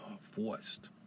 forced